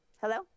Hello